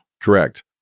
Correct